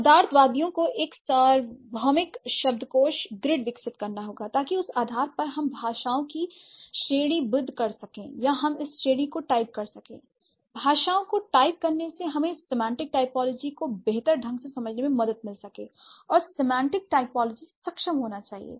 शब्दार्थवादियों को एक सार्वभौमिक शब्दकोष ग्रिड विकसित करना होगा ताकि उस आधार पर हम भाषाओं की श्रेणीबद्ध कर सकें या हम इस श्रेणी को टाइप कर सकें l भाषाओं को टाइप करने से हमें सिमेंटेक टाइपोलॉजी को बेहतर ढंग से समझने में मदद मिल सके और सीमेंटक टाइपोलॉजी सक्षम होना चाहिए